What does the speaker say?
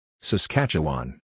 Saskatchewan